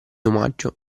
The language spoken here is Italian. omaggio